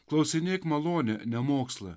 klausinėk malonę ne mokslą